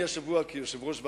אני השבוע, כיושב-ראש ועדה,